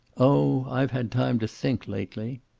oh, i've had time to think, lately.